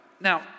Now